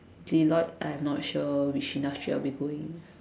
Deloitte I am not sure which industry I'll be going